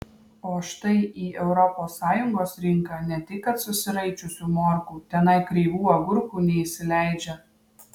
o štai į europos sąjungos rinką ne tik kad susiraičiusių morkų tenai kreivų agurkų neįsileidžia